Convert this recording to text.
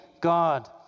God